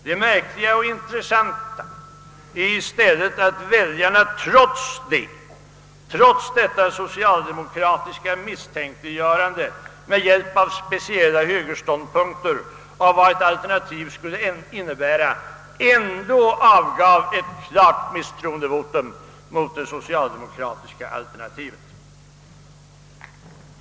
Det märkliga och intressanta är i stället att väljarna — trots detta socialdemokratiska misstänkliggörande med hjälp av speciella högerståndpunkter av vad ett alternativ till socialdemokraterna skulle innebära — avgav ett tydligt misstroendevotum mot det socialdemokratiska alternativet.